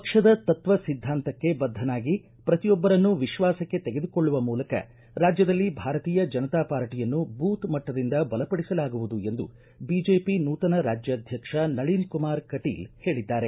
ಪಕ್ಷದ ತತ್ವ ಸಿದ್ಧಾಂತಕ್ಕೆ ಬದ್ಧನಾಗಿ ಪ್ರತಿಯೊಬ್ಬರನ್ನು ವಿಶ್ವಾಸಕ್ಕೆ ತೆಗೆದುಕೊಳ್ಳುವ ಮೂಲಕ ರಾಜ್ಯದಲ್ಲಿ ಭಾರತೀಯ ಜನತಾ ಪಾರ್ಟಿಯನ್ನು ಬೂತ್ ಮಟ್ನದಿಂದ ಬಲಪಡಿಸಲಾಗುವುದು ಎಂದು ಬಿಜೆಪಿ ನೂತನ ರಾಜ್ಯಾಧ್ವಕ್ಷ ನಳಿನ್ ಕುಮಾರ್ ಕಟೀಲ್ ಹೇಳಿದ್ದಾರೆ